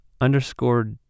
underscore